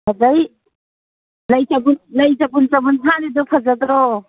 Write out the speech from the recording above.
ꯐꯖꯩ ꯂꯩ ꯆꯕꯨꯟ ꯆꯕꯨꯟ ꯁꯥꯠꯂꯤꯗꯣ ꯐꯖꯗ꯭ꯔꯣ